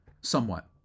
Somewhat